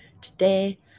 today